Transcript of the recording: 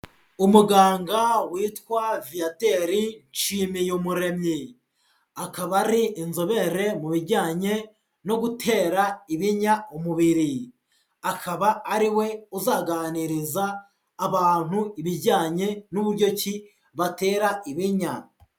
Umuganga witwa Viateur Nshimiyumuremyi, akaba ari inzobere mu bijyanye no gutera ibinya umubiri, akaba ari we uzaganiriza abantu ibijyanye n'uburyo ki batera ibinya.